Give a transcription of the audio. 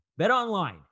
BetOnline